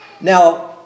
Now